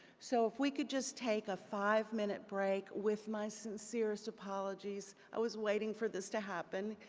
so if we could just take a five-minute break, with my sincereest apologies. i was waiting for this to happen.